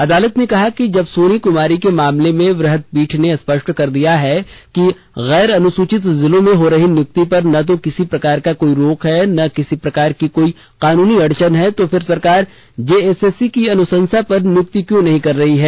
अदालत ने कहा कि जब सोनी कुमारी के मामले में वृहद पीठ ने स्पष्ट कर दिया है कि गैर अनुसूचित जिलों में हो रही नियुक्ति पर न तो किसी प्रकार का कोई रोक है और न किसी प्रकार की कोई कानूनी अड़चन तो फिर सरकार जेएसएससी की अनुशंसा पर नियुक्ति क्यों नहीं कर रही है